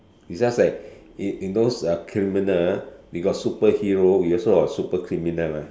is just that if if those uh criminal we got superhero we also got super criminal mah